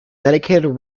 dedicated